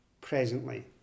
presently